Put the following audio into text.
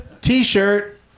T-shirt